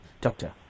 Doctor